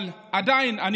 אבל עדיין.